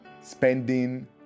spending